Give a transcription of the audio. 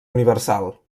universal